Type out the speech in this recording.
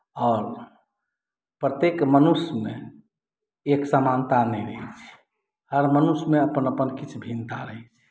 आओर प्रत्येक मनुष्यमे एक समानता नहि रहैत छै हर मनुष्यमे अपन अपन किछु भिन्नता रहैत छै